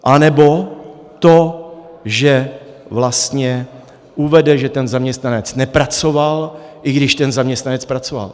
Anebo to, že vlastně uvede, že ten zaměstnanec nepracoval, i když ten zaměstnanec pracoval.